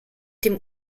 dem